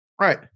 Right